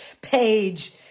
page